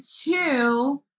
two